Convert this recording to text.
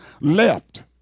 left